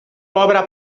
pobre